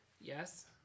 Yes